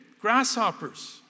grasshoppers